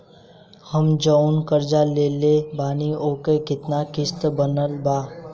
हम जऊन कर्जा लेले बानी ओकर केतना किश्त बनल बा?